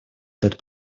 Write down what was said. этот